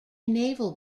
naval